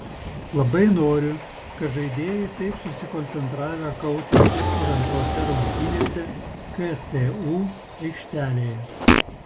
labai noriu kad žaidėjai taip susikoncentravę kautųsi ir antrose rungtynėse ktu aikštelėje